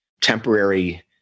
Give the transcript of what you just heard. temporary